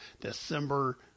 December